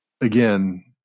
again